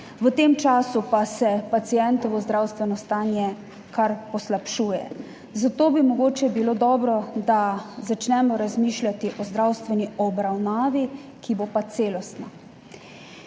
v tem času pa se pacientovo zdravstveno stanje kar poslabšuje, zato bi mogoče bilo dobro, da začnemo razmišljati o zdravstveni obravnavi, ki bo pa celostna.